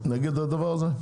אתה נגד הדבר הזה?